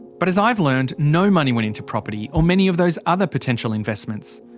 but as i've learned no money went into property, or many of those other potential investments.